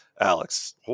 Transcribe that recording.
Alex